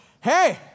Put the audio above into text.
hey